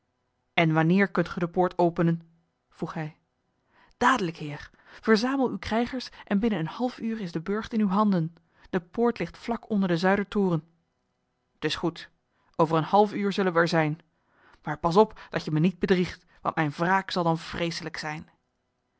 en wanneer kunt ge de poort openen vroeg hij dadelijk heer verzamel uwe krijgers en binnen een half uur is de burcht in uwe handen de poort ligt vlak onder den zuidertoren t is goed over een half uur zullen wij er zijn maar pas op dat je me niet bedriegt want mijne wraak zal dan vreeselijk zijn